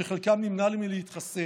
שחלקם נמנעים מלהתחסן.